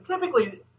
typically